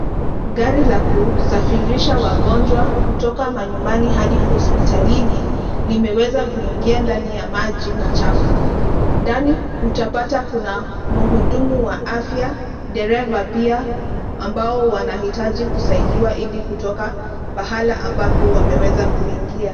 Gari la kusafirisha wagonjwa kutoka manyumbani hadi hospitalini. Limeweza kuingia ndani ya maji machafu. Ndani utapata kuna mhudumu wa afya, dereva pia ambao wanaohitaji kusaidiwa ili kutoka pahala ambapo wameweza kuingia.